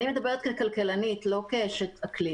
ואני מדברת ככלכלנית לא כאשת אקלים